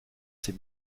ses